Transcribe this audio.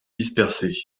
dispersé